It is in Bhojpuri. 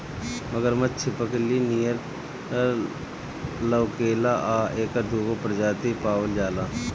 मगरमच्छ छिपकली नियर लउकेला आ एकर दूगो प्रजाति पावल जाला